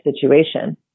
situation